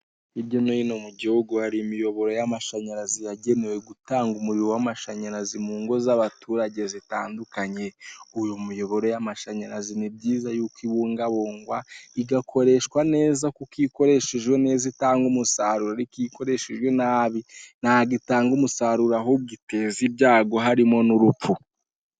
Kuri iyi shusho ya gatatu ndabona ibinyabiziga by'abashinzwe umutekano wo mu Rwanda, ikinyabiziga kimwe gifite ikarita y'ikirango k'ibinyabiziga, gifite inyuguti ra na pa nomero magana abiri na makumyabiri na kane na.